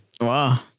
Wow